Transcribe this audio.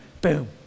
boom